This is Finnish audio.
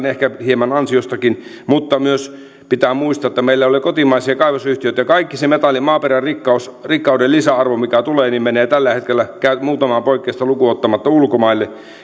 ehkä hieman ansiostakin mutta pitää myös muistaa että meillä ei ole kotimaisia kaivosyhtiöitä kaikki se metallin maaperän rikkauden lisäarvo mikä tulee menee tällä hetkellä muutamaa poikkeusta lukuun ottamatta ulkomaille